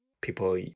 people